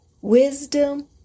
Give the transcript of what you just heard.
wisdom